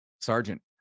sergeant